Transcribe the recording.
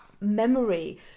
memory